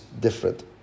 different